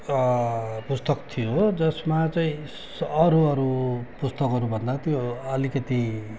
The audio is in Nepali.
पुस्तक थियो जसमा चाहिँ स अरू अरू पुस्तकहरूभन्दा त्यो अलिकति